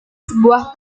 sebuah